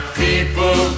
people